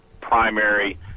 primary